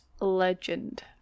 Legend